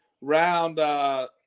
round